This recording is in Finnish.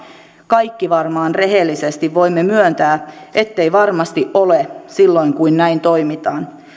kaikki varmaan rehellisesti voimme myöntää ettei varmasti ole silloin kun näin toimitaan